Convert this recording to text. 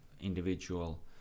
individual